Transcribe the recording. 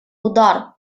удар